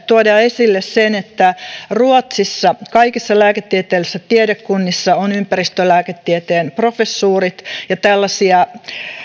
tuoda esille sen että ruotsissa kaikissa lääketieteellisissä tiedekunnissa on ympäristölääketieteen professuurit ja tällaisia